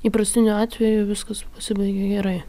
įprastiniu atveju viskas pasibaigia gerai